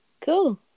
cool